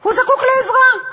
הוא זקוק לעזרה,